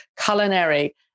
culinary